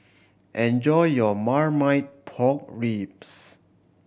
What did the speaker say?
enjoy your Marmite Pork Ribs